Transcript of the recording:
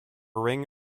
ring